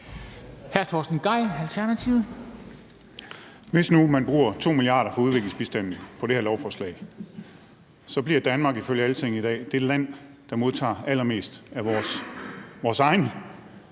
Hvis man nu bruger 2 mia. kr. fra udviklingsbistanden på det her lovforslag, bliver Danmark ifølge Altinget i dag det land, der modtager allermest af vores egen